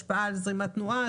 השפעה על זרימת התנועה,